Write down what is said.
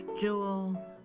jewel